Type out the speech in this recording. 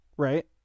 Right